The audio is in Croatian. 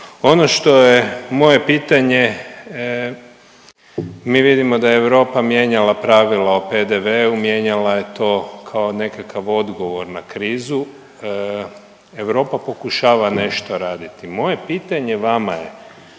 Ono što je moje pitanje mi vidimo da je Europa mijenjala pravila o PDV-u, mijenjala je to kao nekakav odgovor na krizu. Europa pokušava nešto raditi. Moje pitanje vama je